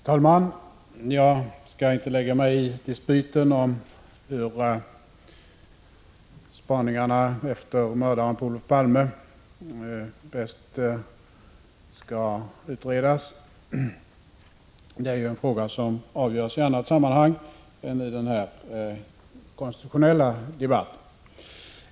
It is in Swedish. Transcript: Herr talman! Jag skall inte lägga mig i dispyten om hur frågan om spaningarna efter Olof Palmes mördare bäst skall utredas. Det är en fråga som skall avgöras i annat sammanhang än i denna konstitutionella debatt.